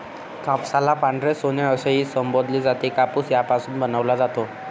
कापसाला पांढरे सोने असेही संबोधले जाते, कापूस यापासून बनवला जातो